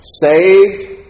saved